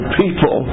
people